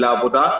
לעבודה.